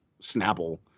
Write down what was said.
Snapple